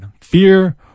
Fear